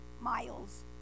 miles